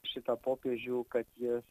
šitą popiežių kad jis